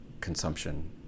consumption